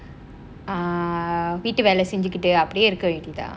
err வீட்டு வேல செஞ்சிகிட்டு அப்படியே இருக்க வேண்டிதான்:veto vela senjikittu appadiyae irukka vendithaan